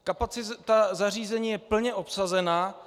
Kapacita zařízení je plně obsazena.